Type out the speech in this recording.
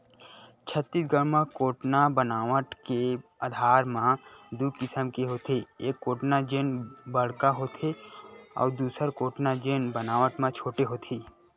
छत्तीसगढ़ म कोटना बनावट के आधार म दू किसम के होथे, एक कोटना जेन बड़का होथे अउ दूसर कोटना जेन बनावट म छोटे होथे